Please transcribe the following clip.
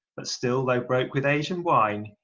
but still though broke with age and wine,